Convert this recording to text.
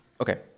Okay